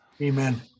Amen